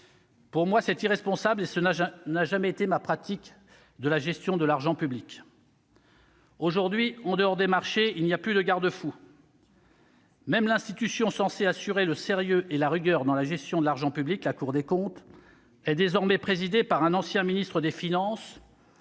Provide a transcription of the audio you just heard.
pour moi, est irresponsable ; cela n'a jamais été ma pratique de la gestion de l'argent public. Aujourd'hui, en dehors des marchés, il n'y a plus de garde-fou. Même l'institution censée assurer le sérieux et la rigueur dans la gestion de l'argent public, la Cour des comptes, est désormais présidée par un ancien ministre des finances,